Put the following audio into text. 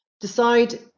decide